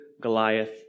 Goliath